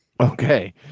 Okay